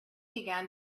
began